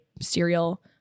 cereal